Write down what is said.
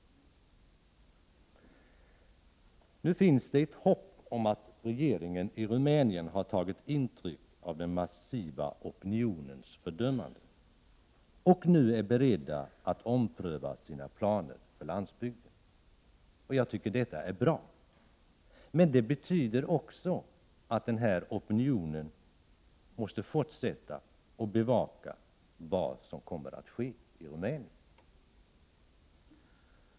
Nu finns det hopp om att regeringen i Rumänien har tagit intryck av den massiva opinionens fördömanden och är beredd att ompröva sina planer för landsbygden. Det är bra, men det betyder också att denna opinion måste fortsätta att bevaka vad som kommer att ske i Rumänien.